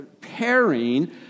pairing